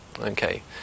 okay